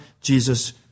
Jesus